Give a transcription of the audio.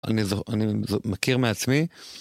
אני מכיר מעצמי.